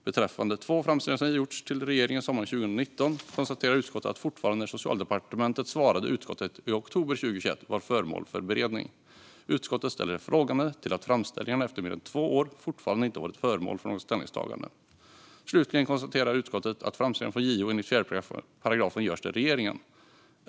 Beträffande två framställningar som JO gjort till regeringen sommaren 2019 noterar utskottet att dessa fortfarande när Socialdepartementet svarade utskottet i oktober 2021 var föremål för beredning. Utskottet ställer sig frågande till att framställningarna efter mer än två år fortfarande inte hade varit föremål för något ställningstagande. Slutligen konstaterar utskottet att framställningar från JO enligt 4 § görs till regeringen.